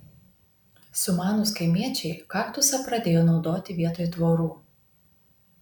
sumanūs kaimiečiai kaktusą pradėjo naudoti vietoj tvorų